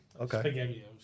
Okay